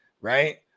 right